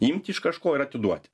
imti iš kažko ir atiduoti